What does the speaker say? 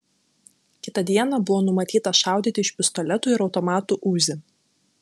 kitą dieną buvo numatyta šaudyti iš pistoletų ir automatų uzi